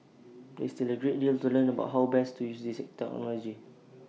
is still A great deal to learn about how best to use this technology